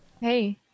hey